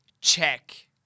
Check